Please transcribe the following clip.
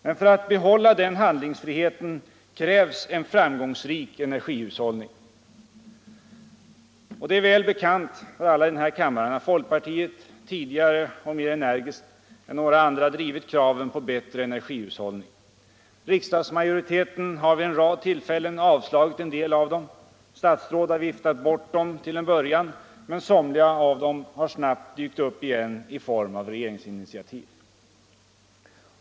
Men för att behålla den handlingsfriheten krävs en framgångsrik energihushållning. Det är väl bekant för alla i den här kammaren att folkpartiet tidigare och mer enérgiskt än några andra har drivit kraven på bättre energihushållning. Riksdagsmajoriteten har vid en rad tillfällen avslagit en del av dem. Statsråd har viftat bort dem till en början, men somliga av dem har snabbt dykt upp igen i form av regeringsinitiativ.